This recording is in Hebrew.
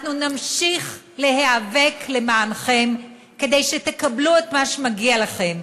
אנחנו נמשיך להיאבק למענכם כדי שתקבלו את מה שמגיע לכם,